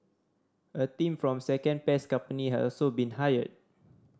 a team from a second pest company has also been hired